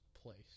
place